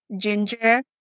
ginger